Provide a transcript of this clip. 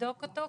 לבדוק אותו,